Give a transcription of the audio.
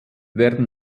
werden